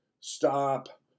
stop